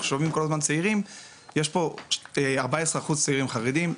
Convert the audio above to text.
ואנחנו שומעים כל הזמן מצעירים ויש פה 14% צעירים חרדים,